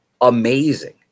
amazing